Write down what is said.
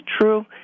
true